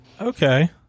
okay